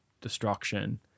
destruction